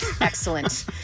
Excellent